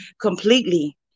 completely